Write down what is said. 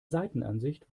seitenansicht